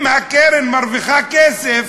אם הקרן מרוויחה כסף,